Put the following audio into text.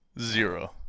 Zero